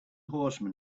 horsemen